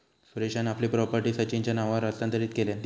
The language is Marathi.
सुरेशान आपली प्रॉपर्टी सचिनच्या नावावर हस्तांतरीत केल्यान